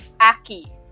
Aki